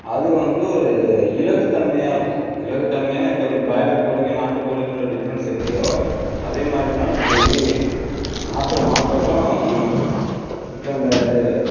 அது வந்து ஒரு இலகு தன்மையாக இருக்கும் இலகு தன்மையானால் இப்போ எப்படி பிராய்லர் கோழிக்கும் நாட்டு கோழிக்கும் உள்ள டிஃப்ரெண்ட்ஸ் எப்படியோ அதே மாதிரி தான் இப்போ இப்படி நாட்டு மாட்டுக்கும் இப்போ இந்த இது